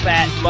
Fat